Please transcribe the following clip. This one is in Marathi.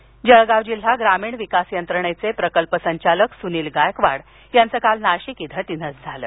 निधन जळगाव जिल्हा ग्रामीण विकास यंत्रणेचे प्रकल्प संचालक सुनील गायकवाड यांच काल नाशिक इथं निधन झालं